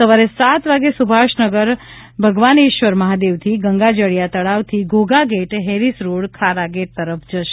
સવારે સાત વાગે સુભાષ નગર ભગવાનેશ્વર મહાદેવથી ગંગાજળીયા તળાવથી Ghogha gate Harris road Khargate તરફ જશે